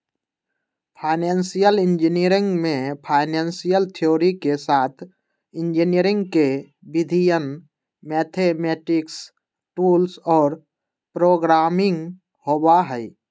financial engineering में financial theory के साथ इंजीनियरिंग के विधियन, मैथेमैटिक्स टूल्स और प्रोग्रामिंग होबा हई